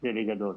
זה בגדול.